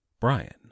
Brian